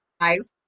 guys